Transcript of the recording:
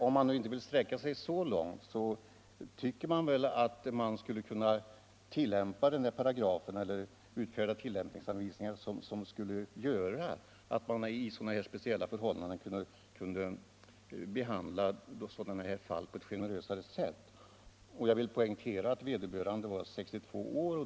Om man nu inte vill sträcka sig så långt borde man dock kunna utfärda tillämpningsanvisningar till denna paragraf som gör det möjligt att i sådana här speciella fall vara generösare. Jag vill också poängtera att vederbörande är 62 år gammal.